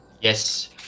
Yes